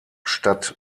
stadt